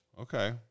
Okay